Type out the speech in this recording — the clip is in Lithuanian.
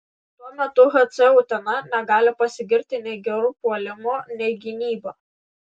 tuo metu hc utena negali pasigirti nei geru puolimu nei gynyba